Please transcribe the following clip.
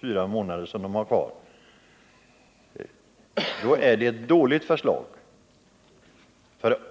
fyra månader som folkpartiregeringen har kvar, är det ett dåligt förslag.